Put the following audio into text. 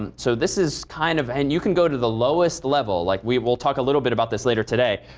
um so this is kind of and you can go to the lowest level. like, we will talk a little bit about this later today,